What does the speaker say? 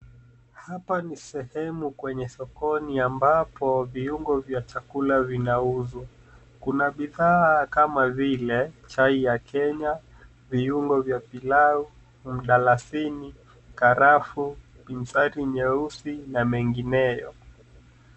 Hapa ni sehemu kwenye sokoni ambapo viungo vya chakula vinauzwa. Kuna bidhaa kama vile, chai ya Kenya, viungo vya pilau, mdalasini, karafuu, binzari nyeusi na mengineyo.